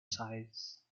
size